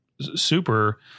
super